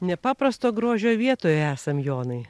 nepaprasto grožio vietoje esam jonai